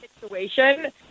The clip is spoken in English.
situation